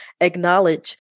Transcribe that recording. acknowledge